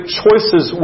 choices